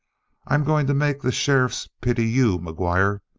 i'm going to make the sheriffs pity you, mcguire.